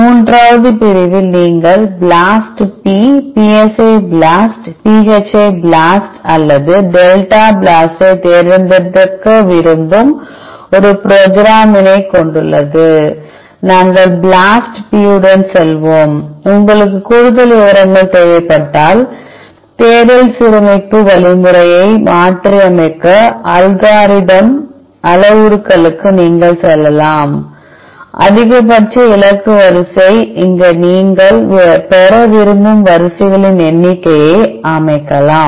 மூன்றாவது பிரிவில் நீங்கள் BLAST p psi BLAST phi BLAST அல்லது டெல்டா BLAST ஐ தேர்ந்தெடுக்க விரும்பும் ஒரு புரோகிராமினை கொண்டுள்ளது நாங்கள் BLAST P உடன் செல்வோம் உங்களுக்கு கூடுதல் விவரங்கள் தேவைப்பட்டால் தேடல் சீரமைப்பு வழிமுறையை மாற்றியமைக்க அல்காரிதம் அளவுருக்களுக்கு நீங்கள் செல்லலாம் அதிகபட்ச இலக்கு வரிசை இங்கே நீங்கள் பெற விரும்பும் வரிசைகளின் எண்ணிக்கையை அமைக்கலாம்